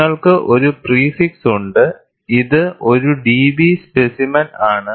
നിങ്ങൾക്ക് ഒരു പ്രിഫിക്സ് ഉണ്ട് ഇത് ഒരു DB സ്പെസിമെൻ ആണ്